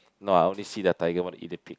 no I only see their tiger wanna eat the pig